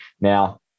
Now